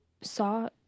saw